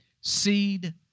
Seed